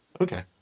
okay